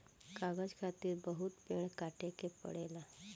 कागज खातिर बहुत पेड़ काटे के पड़ेला